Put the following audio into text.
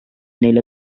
neile